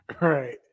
Right